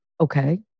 okay